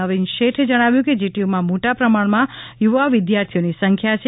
નવીન શેઠે જણાવ્યું છે કે જીટીયુમાં મોટા પ્રમાણમાં યુવા વિદ્યાર્થીઓની સંખ્યા છે